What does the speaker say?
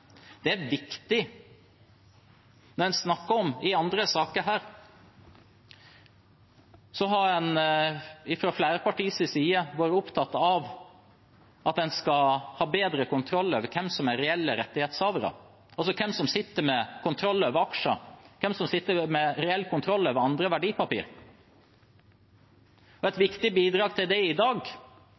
Det er viktig. Når en snakker om andre saker her, har en fra flere partiers side vært opptatt av at en skal ha bedre kontroll over hvem som er reelle rettighetshavere, altså hvem som sitter med kontroll over aksjer, hvem som sitter med reell kontroll over andre verdipapir. Et viktig bidrag til det i dag